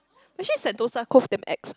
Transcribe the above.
actually Sentosa-Cove damn ex